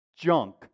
junk